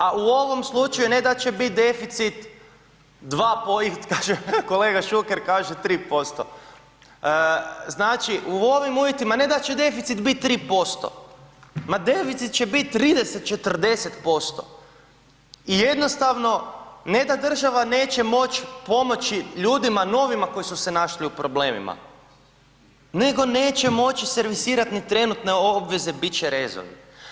A u ovom slučaju ne da će biti deficit, kolega Šuker kaže 3%, znači u ovim uvjetima ne da će deficit bit 3%, ma deficit će biti 30, 40% i jednostavno ne da država neće moć pomoći ljudima novima koji su se našli u problemima nego neće moći servisirati ni trenutne obveze, bit će rezovi.